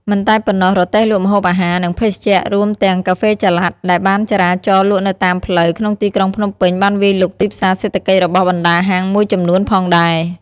មិនតែប៉ុណ្ណោះ រទេះលក់ម្ហូបអាហារ និងភេសជ្ជៈ រួមទាំងកាហ្វេចល័ត ដែលបានចរាចរណ៍លក់នៅតាមផ្លូវក្នុងទីក្រុងភ្នំពេញបានវាយលុកទីផ្សារសេដ្ឋកិច្ចរបស់បណ្តាហាងមួយចំនួនផងដែរ